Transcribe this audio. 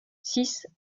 six